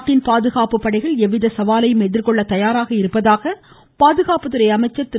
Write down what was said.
நாட்டின் பாதுகாப்புப் படைகள் எவ்வித சவாலையும் எதிர்கொள்ள தயாராக இருப்பதாக பாதுகாப்புத் துறை அமைச்சர் திரு